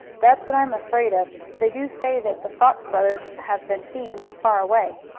that's what i am afraid of. they do say that the fox brothers have been seen not far away.